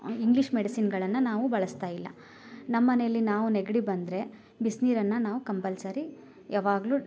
English ಮೆಡಿಸಿನ್ಗಳನ್ನ ನಾವು ಬಳಸ್ತಾಯಿಲ್ಲ ನಮ್ಮನೆಯಲ್ಲಿ ನಾವು ನೆಗಡಿ ಬಂದರೆ ಬಿಸಿ ನೀರನ್ನ ನಾವು ಕಂಪಲ್ಸರಿ ಯಾವಾಗಲೂ